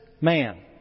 man